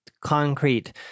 concrete